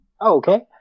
Okay